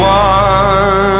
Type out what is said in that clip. one